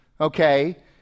okay